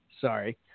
sorry